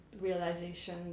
realization